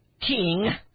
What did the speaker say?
King